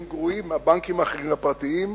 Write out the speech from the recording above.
הם גרועים משל הבנקים האחרים הפרטיים.